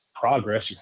progress